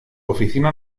oficina